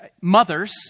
Mothers